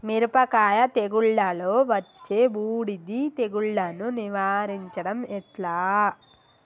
మిరపకాయ తెగుళ్లలో వచ్చే బూడిది తెగుళ్లను నివారించడం ఎట్లా?